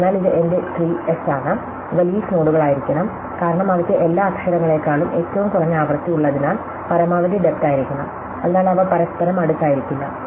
അതിനാൽ ഇത് എന്റെ ട്രീ എസ് ആണ് ഇവ ലീഫ് നോഡുകളായിരിക്കണം കാരണം അവയ്ക്ക് എല്ലാ അക്ഷരങ്ങളേക്കാളും ഏറ്റവും കുറഞ്ഞ ആവൃത്തി ഉള്ളതിനാൽ പരമാവധി ഡെപ്ത് ആയിരിക്കണം അതിനാൽ അവ പരസ്പരം അടുത്തായിരിക്കില്ല